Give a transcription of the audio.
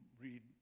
read